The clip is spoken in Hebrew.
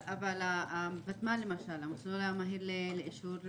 אבל הותמ"ל, למשל, המסלול המהיר לאישור